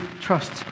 trust